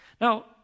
Now